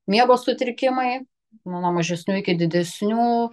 miego sutrikimai nuo mažesnių iki didesnių